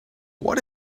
what